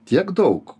tiek daug